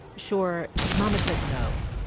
sure, his mom had said no,